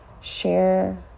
share